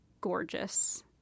gorgeous